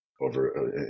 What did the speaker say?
over